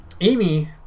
Amy